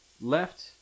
Left